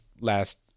last